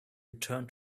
return